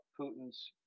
Putin's